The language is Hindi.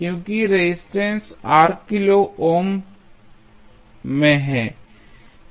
क्योंकि रेजिस्टेंस R किलो ओम में है